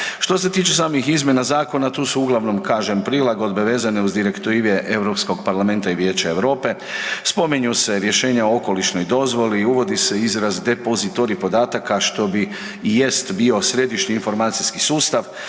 Što se tiče samih izmjena zakona tu su uglavnom kažem prilagodbe vezane uz Direktive Europskog parlamenta i Vijeća Europe. Spominju se rješenja o okolišnoj dozvoli, uvodi se izraz depozitorij podataka što bi i jest bio središnji informacijski sustav.